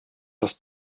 das